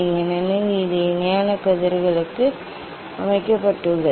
ஏனெனில் இது இணையான கதிர்களுக்கு அமைக்கப்பட்டுள்ளது